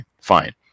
fine